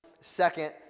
second